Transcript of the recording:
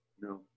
No